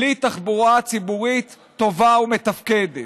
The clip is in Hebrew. בלי תחבורה ציבורית טובה ומתפקדת.